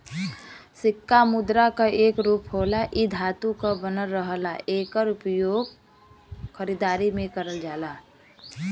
सिक्का मुद्रा क एक रूप होला इ धातु क बनल रहला एकर प्रयोग खरीदारी में करल जाला